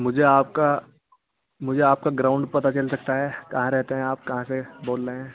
مجھے آپ کا مجھے آپ کا گراؤنڈ پتا چل سکتا ہے کہاں رہتے ہیں آپ کہاں سے بول رہے ہیں